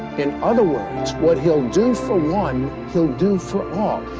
in other words, what he'll do for one he'll do for all.